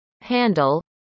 handle